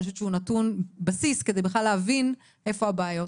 אני חושבת שהוא נתון בסיס כדי בכלל להבין איפה הבעיות.